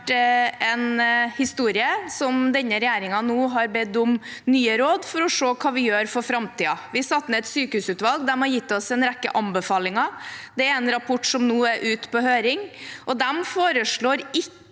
en historie der denne regjeringen nå har bedt om nye råd, for å se hva vi gjør for framtiden. Vi satte ned et sykehusutvalg, og de har gitt oss en rekke anbefalinger. Det er en rapport som nå er ute på høring, og de foreslår ikke,